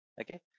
Okay